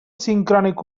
sincrònic